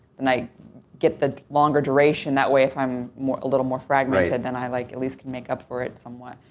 then i get the longer duration. that way, if i'm a little more fragmented, then i, like, at least can make up for it somewhat.